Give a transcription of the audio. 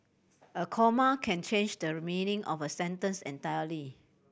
a comma can change the meaning of a sentence entirely